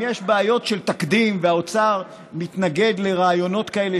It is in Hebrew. אם יש בעיות של תקדים והאוצר מתנגד לרעיונות כאלה,